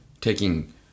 taking